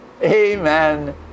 Amen